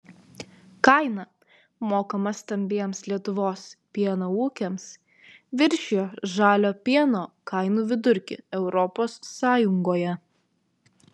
kaina mokama stambiems lietuvos pieno ūkiams viršijo žalio pieno kainų vidurkį europos sąjungoje